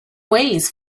weighs